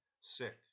sick